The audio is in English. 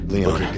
Leon